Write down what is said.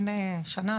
לפני שנה,